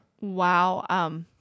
wow